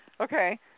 Okay